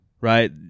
right